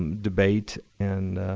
debate and